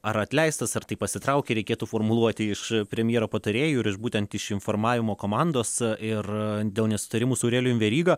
ar atleistas ar tai pasitraukė reikėtų formuluoti iš premjero patarėjų ir iš būtent iš informavimo komandos ir dėl nesutarimų su aurelijum veryga